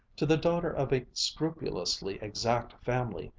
to the daughter of a scrupulously exact family,